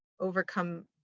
overcome